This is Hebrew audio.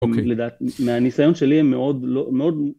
אוקיי לדעת מהניסיון שלי הם מאוד מאוד.